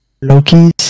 Loki's